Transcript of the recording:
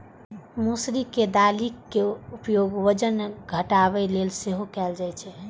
मौसरी के दालिक उपयोग वजन घटाबै लेल सेहो कैल जाइ छै